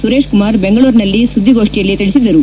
ಸುರೇಶ್ ಕುಮಾರ್ ಬೆಂಗಳೂರಿನಲ್ಲಿ ಸುದ್ದಿಗೋಷ್ಠಿಯಲ್ಲಿ ತಿಳಿಸಿದರು